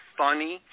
funny